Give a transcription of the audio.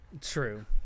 True